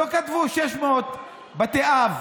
לא כתבו 600 בתי אב,